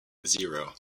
zero